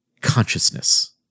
consciousness